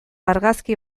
argazki